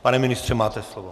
Pane ministře, máte slovo.